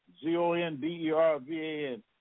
Z-O-N-D-E-R-V-A-N